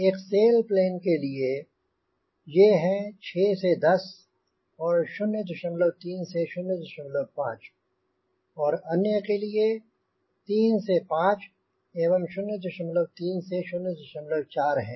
एक cell plane के लिए ये हैं 6 से 10 और 03 से 05 और अन्य के लिए 3 से 5 एवं 0 3 से 0 4 हैं